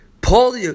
Paul